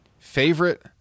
Favorite